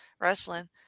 wrestling